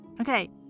okay